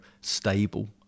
stable